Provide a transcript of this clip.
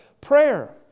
prayer